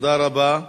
תודה רבה.